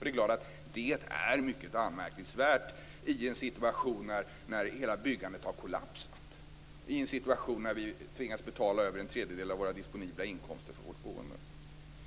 existerar inte och har inte existerat på tre år. Det är givetvis mycket anmärkningsvärt i en situation när hela byggandet har kollapsat, i en situation när vi tvingas betala över en tredjedel av våra disponibla inkomster för vårt boende.